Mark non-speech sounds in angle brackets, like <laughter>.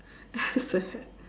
that's so sad <laughs>